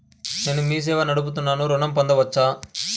నేను మీ సేవా నడుపుతున్నాను ఋణం పొందవచ్చా?